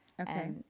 okay